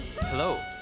Hello